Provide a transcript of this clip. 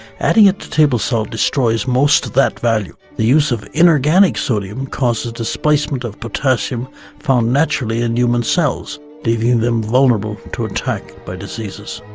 added to table salt, destroys most of that value. the use of inorganic sodium causes displacement of potassium found naturally in human cells leaving them vulnerable to attack by diseases.